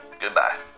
Goodbye